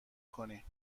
کنی